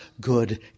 good